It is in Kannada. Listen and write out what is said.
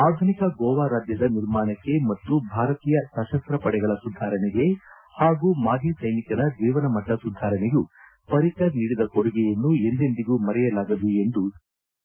ಆಧುನಿಕ ಗೋವಾ ರಾಜ್ಯದ ನಿರ್ಮಾಣಕ್ಕೆ ಮತ್ತು ಭಾರತೀಯ ಸಶಸ್ತ ಪಡೆಗಳ ಸುಧಾರಣೆಗೆ ಹಾಗೂ ಮಾಜಿ ಸೈನಿಕರ ಜೀವನಮಟ್ಟ ಸುಧಾರಣೆಗೂ ಪ್ರಿಕರ್ ನೀಡಿದ ಕೊಡುಗೆಯನ್ನು ಎಂದೆಂದಿಗೂ ಮರೆಯಲಾಗದು ಎಂದು ಸರಿಸಲಾಗಿದೆ